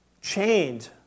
chained